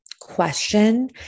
question